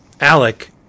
Alec